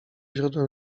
źródłem